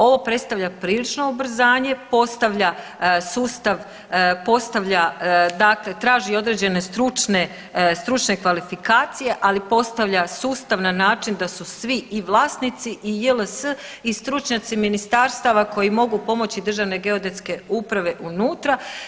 Ovo predstavlja prilično ubrzanje, postavlja sustav, postavlja dakle traži određene stručne kvalifikacije, ali postavlja sustav na način da su svi i vlasnici i JLS i stručnjaci ministarstava koji mogu pomoći Državnoj geodetske uprave unutra.